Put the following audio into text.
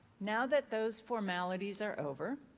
now that those formalities are over,